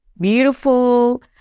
beautiful